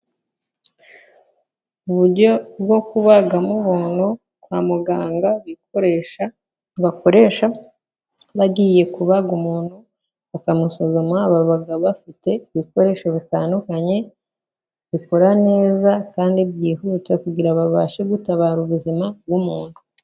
Uburyo bwo kubagamo umuntu kwa muganga, bakoresha bagiye kubaga umuntu. Bakamusuzuma, baba bafite ibikoresho bitandukanye bikora neza, kandi byihuta kugira babashe gutabara ubuzima bw'umuntu.